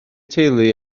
teulu